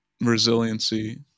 resiliency